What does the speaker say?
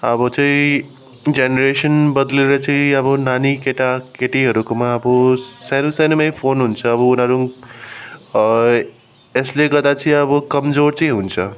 अब चाहिँ जेनेरेसन बदलिएर चाहिँ अब नानी केटा केटीहरूकोमा अब सानो सानोमै फोन हुन्छ अब उनारू यसले गर्दा चाहिँ अब कमजोर चाहिँ हुन्छ